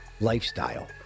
lifestyle